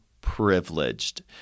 privileged